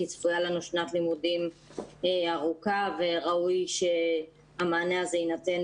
כי צפויה לנו שנת לימודים ארוכה וראוי שהמענה הזה יינתן